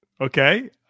Okay